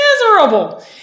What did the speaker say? miserable